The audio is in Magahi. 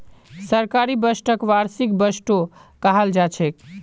सरकारी बजटक वार्षिक बजटो कहाल जाछेक